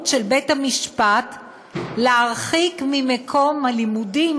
של בית-המשפט להרחיק ממקום הלימודים